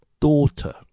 daughter